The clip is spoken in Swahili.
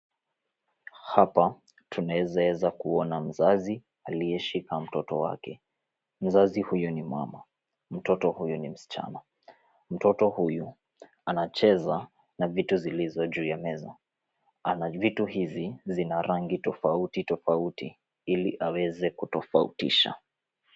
Hapa tunaezaeza kuona mzazi aliyeshika mtoto wake. Mzazi huyu ni mama, mtoto huyu ni msichana. Mtoto huyu anacheza na vitu zilizo juu ya meza. Ana vitu hizi zina rangi tofauti tofauti, iliaweze kutofautisha.